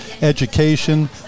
education